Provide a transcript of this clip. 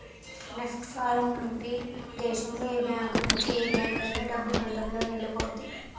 NEFT form నింపి దేశంలో ఏ బ్యాంకు నుంచి ఏ బ్యాంక్ అయినా డబ్బు గంటలోనెల్లిపొద్ది